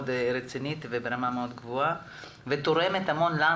רצינית וברמה מאוד גבוהה ותורמת המון לנו,